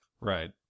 Right